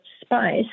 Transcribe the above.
spice